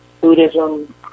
Buddhism